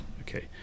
okay